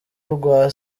rwa